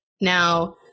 Now